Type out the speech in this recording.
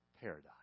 Paradise